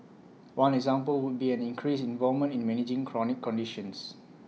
one example would be an increased involvement in managing chronic conditions